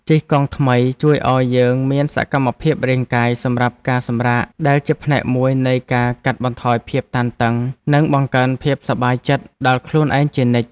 ជិះកង់ថ្មីជួយឱ្យយើងមានសកម្មភាពរាងកាយសម្រាប់ការសម្រាកដែលជាផ្នែកមួយនៃការកាត់បន្ថយភាពតានតឹងនិងបង្កើនភាពសប្បាយចិត្តដល់ខ្លួនឯងជានិច្ច។